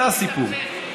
זה הסיפור.